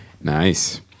Nice